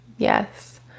yes